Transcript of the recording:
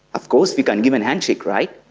of course we can give a handshake, right?